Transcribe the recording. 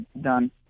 done